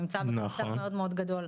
נמצא בחסך מאוד גדול.